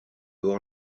hors